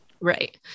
Right